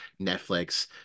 netflix